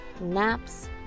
naps